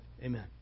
amen